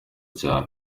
cyane